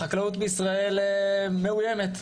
החקלאות בישראל מאוימת,